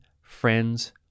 friends